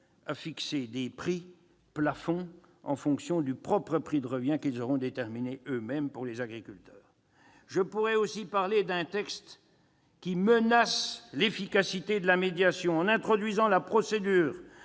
à fixer des prix plafonds en fonction des prix de revient qu'ils auront eux-mêmes déterminés pour les agriculteurs. Je pourrais aussi parler d'un texte menaçant l'efficacité de la médiation en introduisant la procédure